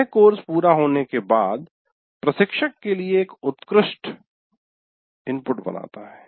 यह कोर्स पूरा होने के बाद प्रशिक्षक के लिए एक उत्कृष्ट इनपुट बनाता है